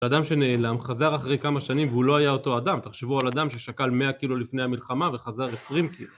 אדם שנעלם חזר אחרי כמה שנים והוא לא היה אותו אדם, תחשבו על אדם ששקל 100 קילו לפני המלחמה וחזר 20 קילו